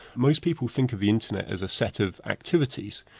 most people think of the internet as a set of activities,